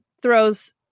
throws